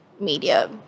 media